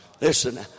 Listen